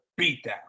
beatdown